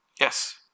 Yes